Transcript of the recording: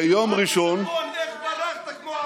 איך ברחת אתמול?